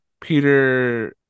Peter